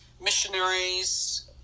missionaries